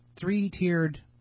three-tiered